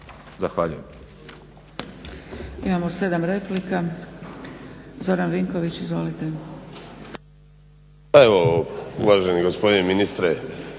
Zahvaljujem.